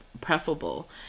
preferable